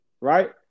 right